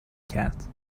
کرد